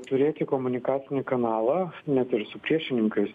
turėti komunikacinį kanalą net ir su priešininkais